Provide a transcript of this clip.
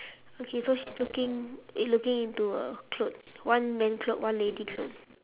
okay so she's looking eh looking into err clothes one man clothes one lady clothes